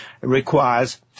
requires